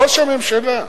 ראש הממשלה,